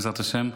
בעזרת השם.